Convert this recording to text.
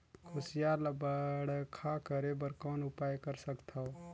कुसियार ल बड़खा करे बर कौन उपाय कर सकथव?